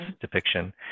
depiction